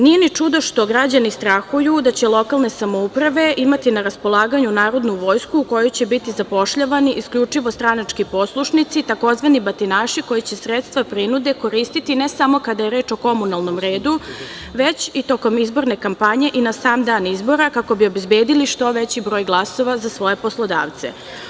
Nije ni čudo što građani strahuju da će lokalne samouprave imati na raspolaganju narodnu vojsku u koju će biti zapošljavani, isključivo stranački poslušnici, tzv. batinaši, koji će sredstva prinude koristiti, ne samo kada je reč o komunalnom redu, već i tokom izborne kampanje i na sam dan izbora, kako bi obezbedili što veći broj glasova za svoje poslodavce.